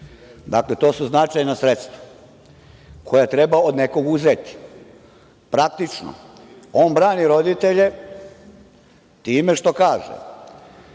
Dakle, to su značajna sredstva koja treba od nekog uzeti. Praktično, on brani roditelje time što kaže…